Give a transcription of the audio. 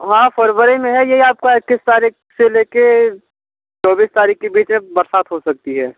हाँ फरवरी में है आपका इक्कीस तारीकह से ले कर चौबीस तारीख़ के बीच में बरसात हो सकती है